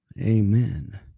Amen